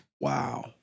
Wow